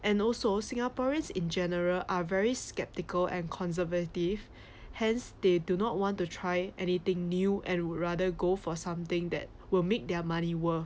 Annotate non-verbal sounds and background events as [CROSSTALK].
and also singaporeans in general are very skeptical and conservative [BREATH] hence they do not want to try anything new and would rather go for something that will make their money worth